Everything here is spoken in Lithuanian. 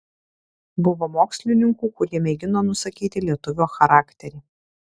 buvo mokslininkų kurie mėgino nusakyti lietuvio charakterį